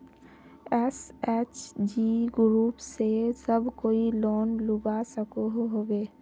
SHG group से सब कोई लोन लुबा सकोहो होबे?